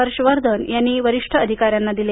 हर्ष वर्धन यांनी वरिष्ठ अधिकाऱ्यांना दिले